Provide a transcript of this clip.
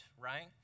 right